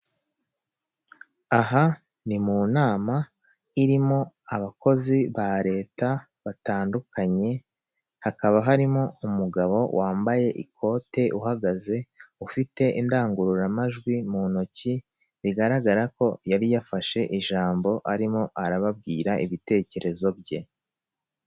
Aha ni mu nama irimo abakozi ba leta batandukanye, hakaba harimo umugabo wambaye ikote uhagaze ufite indangururamajwi mu ntoki, bigaragara ko yari yafashe ijambo arimo arababwira ibitekerezo bye.